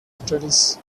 studies